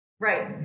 Right